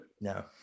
No